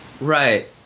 Right